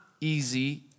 easy